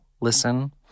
listen